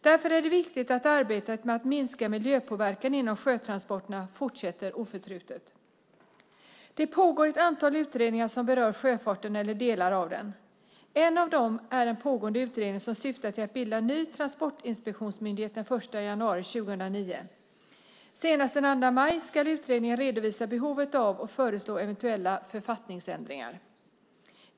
Därför är det viktigt att arbetet med att minska miljöpåverkan inom sjötransporterna fortsätter oförtrutet. Det pågår ett antal utredningar som berör sjöfarten eller delar av den. En av dem är den pågående utredning som syftar till att bilda en ny transportinspektionsmyndighet den 1 januari 2009. Senast den 2 maj ska utredningen redovisa behovet av eventuella författningsändringar och komma med förslag till ändringar.